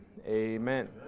amen